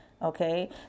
Okay